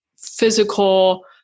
physical